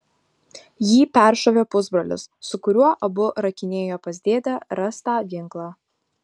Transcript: jį peršovė pusbrolis su kuriuo abu rakinėjo pas dėdę rastą ginklą